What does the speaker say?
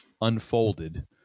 unfolded